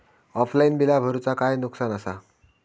Offline बिला भरूचा काय नुकसान आसा?